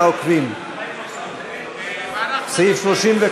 סעיף 35